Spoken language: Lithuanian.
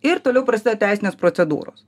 ir toliau prasideda teisinės procedūros